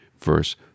verse